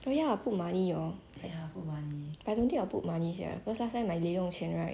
oh ya put money hor but I don't think sia cause last time my 零用钱 right